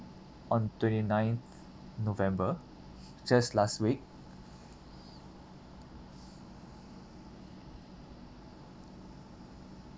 on twenty ninth november just last week